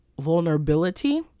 vulnerability